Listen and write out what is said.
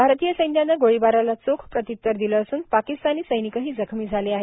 आरतीय सैन्यानं गोळीबाराला चोख प्रत्युतर दिलं असून पाकिस्तानी सैनिकही जखमी झाले आहेत